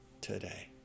today